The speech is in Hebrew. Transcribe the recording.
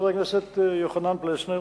חבר הכנסת יוחנן פלסנר,